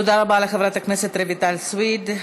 תודה רבה לחברת הכנסת רויטל סויד.